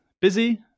Busy